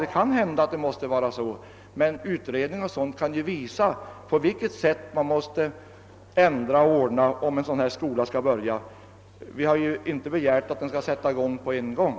Det kan hända att det måste vara som det nu är, men utvecklingen kan ju få visa, på vilket sätt man skall ändra och ordna, om en sådan skola kan börja. Vi har ju inte begärt att den skall träda i verksamhet med en gång.